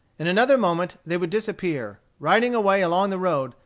in another moment they would disappear, riding away along the road,